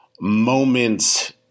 moments